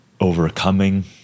overcoming